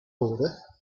border